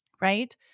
Right